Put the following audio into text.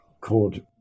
called